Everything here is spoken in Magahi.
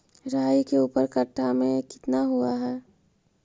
राई के ऊपर कट्ठा में कितना हुआ है?